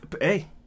Hey